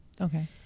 Okay